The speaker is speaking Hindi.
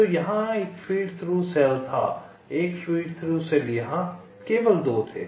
तो यहाँ एक फ़ीड थ्रू सेल था एक फ़ीड थ्रू सेल यहाँ केवल दो थे